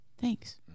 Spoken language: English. thanks